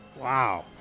Wow